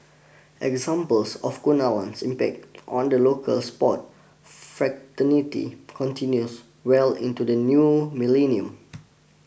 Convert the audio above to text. examples of Kunalan's impact on the local sport fraternity continues well into the new millennium